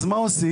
אז מה עושים?